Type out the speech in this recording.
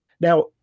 Now